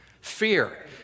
Fear